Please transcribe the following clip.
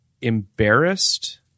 embarrassed